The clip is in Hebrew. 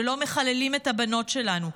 שלא מחללים את הבנות שלנו,